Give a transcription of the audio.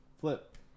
Flip